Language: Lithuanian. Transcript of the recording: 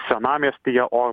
senamiestyje o